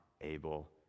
able